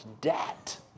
debt